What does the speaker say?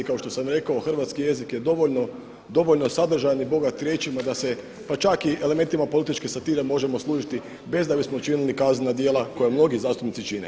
I kao što sam rekao hrvatski jezik je dovoljno sadržajan i bogat riječima da se pa čak i elementima političke satire možemo služiti bez da bismo učinili kaznena djela koja mnogi zastupnici čine.